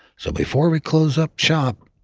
so before we close up shop,